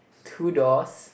two doors